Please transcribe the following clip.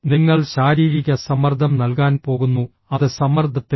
നിങ്ങൾ ശാരീരിക സമ്മർദ്ദം നൽകാൻ പോകുന്നു അത് സമ്മർദ്ദത്തിലാണ്